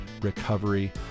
Recovery